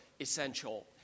essential